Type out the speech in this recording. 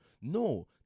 No